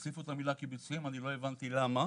הוסיפו את המילה קיבוציים ואני לא הבנתי למה.